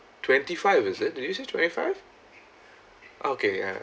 twenty five or is it did you say twenty five okay ya